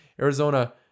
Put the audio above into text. Arizona